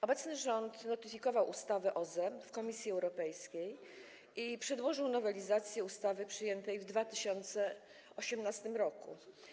Obecny rząd notyfikował ustawę o OZE Komisji Europejskiej i przedłożył nowelizację ustawy przyjętej w 2018 r.